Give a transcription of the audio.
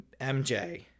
MJ